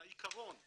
על העיקרון.